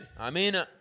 Amen